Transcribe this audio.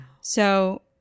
So-